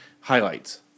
highlights